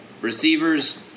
Receivers